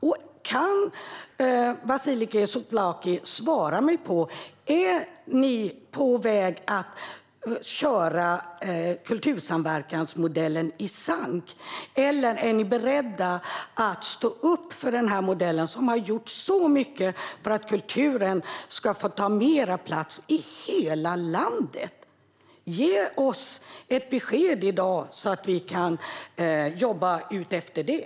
Jag undrar om Vasiliki Tsouplaki kan svara mig: Är ni på väg att köra kultursamverkansmodellen i sank, eller är ni beredda att stå upp för den modellen, som har gjort så mycket för att kulturen ska få ta mer plats i hela landet? Ge oss ett besked i dag så att vi kan jobba utefter det!